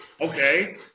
Okay